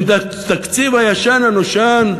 מן התקציב הישן הנושן,